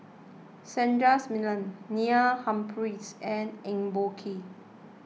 Sundaresh Menon Neil Humphreys and Eng Boh Kee